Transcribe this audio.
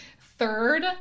Third